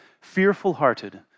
fearful-hearted